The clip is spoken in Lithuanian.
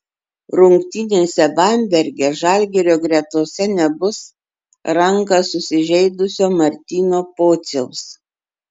rungtynėse bamberge žalgirio gretose nebus ranką susižeidusio martyno pociaus